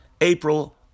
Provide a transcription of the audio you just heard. April